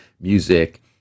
music